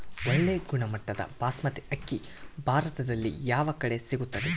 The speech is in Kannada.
ಒಳ್ಳೆ ಗುಣಮಟ್ಟದ ಬಾಸ್ಮತಿ ಅಕ್ಕಿ ಭಾರತದಲ್ಲಿ ಯಾವ ಕಡೆ ಸಿಗುತ್ತದೆ?